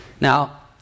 Now